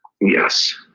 Yes